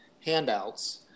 handouts